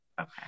okay